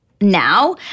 now